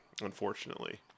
unfortunately